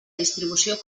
distribució